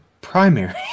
primary